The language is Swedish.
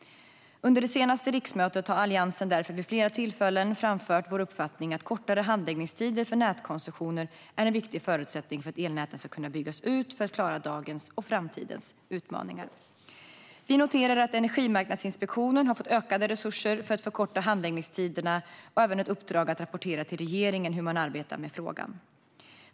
Under det senaste riksmötet har vi i Alliansen därför vid flera tillfällen framfört vår uppfattning att kortare handläggningstider för nätkoncessioner är en viktig förutsättning för att elnäten ska kunna byggas ut för att klara dagens och framtidens utmaningar. Vi noterar att Energimarknadsinspektionen har fått ökade resurser för att förkorta handläggningstiderna och även ett uppdrag att rapportera till regeringen om hur man arbetar med frågan.